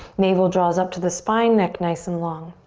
navel draws up to the spine, neck nice and long.